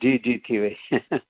जी जी थी वई